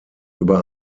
über